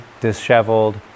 disheveled